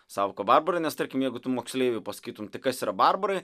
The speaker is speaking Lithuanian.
savoką barbarai nes tarkim jeigu tu moksleiviui pasakytum tai kas yra barbarai